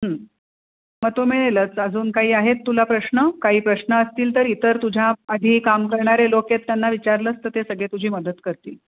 मग तो मिळेलच अजून काही आहेत तुला प्रश्न काही प्रश्न असतील तर इतर तुझ्या आधी काम करणारे लोक आहेत त्यांना विचारलंस तर ते सगळे तुझी मदत करतील